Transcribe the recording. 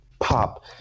Pop